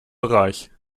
bereich